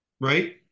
right